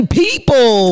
people